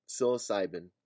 psilocybin